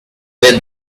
with